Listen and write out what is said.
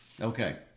Okay